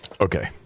Okay